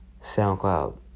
SoundCloud